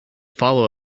follow